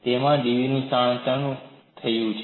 તેમાં dvનું સ્થાનાંતરણ થયું છે